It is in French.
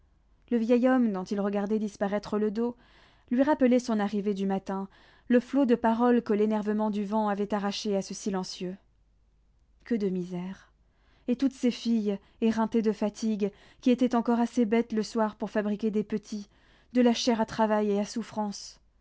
le vieil homme dont il regardait disparaître le dos lui rappelait son arrivée du matin le flot de paroles que l'énervement du vent avait arrachées à ce silencieux que de misère et toutes ces filles éreintées de fatigue qui étaient encore assez bêtes le soir pour fabriquer des petits de la chair à travail et à souffrance